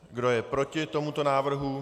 Kdo je proti tomuto návrhu?